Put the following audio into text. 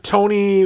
Tony